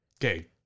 Okay